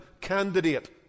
candidate